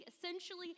essentially